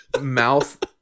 mouth